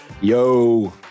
Yo